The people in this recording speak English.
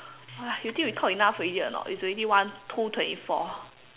you think we talk enough already or not it's already one two twenty four